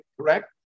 correct